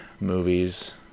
movies